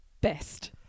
Best